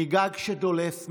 מגג שדולף,